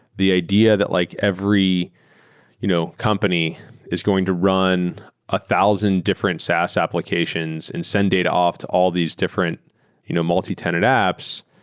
the idea that like every you know company is going to run a thousand different saas applications and send data off to all these different you know multitenant apps,